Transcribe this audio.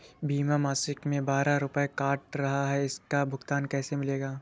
बीमा मासिक में बारह रुपय काट रहा है इसका भुगतान कैसे मिलेगा?